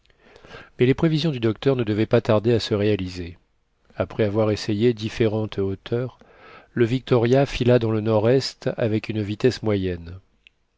mais les prévisions du docteur ne devaient pas tarder à se réaliser après avoir essayé différentes hauteurs le victoria fila dans le nord-est avec une vitesse moyenne